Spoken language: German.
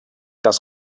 das